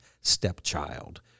stepchild